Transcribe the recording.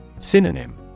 Synonym